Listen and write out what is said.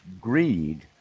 greed